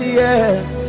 yes